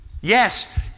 Yes